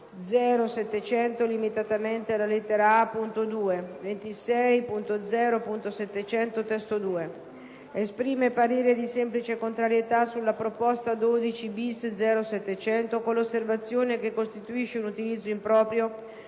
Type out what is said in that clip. (limitatamente alla lettera *a)* punto 2), 26.0.700 (testo 2). Esprime parere di semplice contrarietà sulla proposta 12-*bis*.0.700, con l'osservazione che costituisce un utilizzo improprio